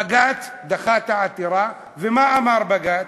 בג"ץ דחה את העתירה, ומה אמר בג"ץ?